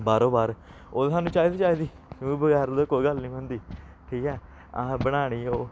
बाह्रो बाह्र ओह् सानूं चाहिदी चाहिदी ओह्दे बगैर ते कोई गल्ल निं होंदी ठीक ऐ असें बनानी ओह्